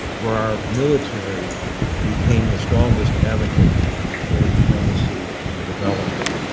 where our military became the strongest advocate for diplomacy and development.